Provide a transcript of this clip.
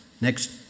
Next